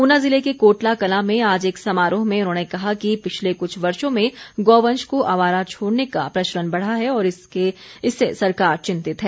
ऊना जिले के कोटला कलां में आज एक समारोह में उन्होंने कहा कि पिछले कुछ वर्षो में गौवंश को आवारा छोड़ने का प्रचलन बढ़ा है और इससे सरकार चिंतित है